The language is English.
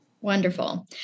Wonderful